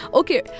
okay